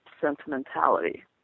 sentimentality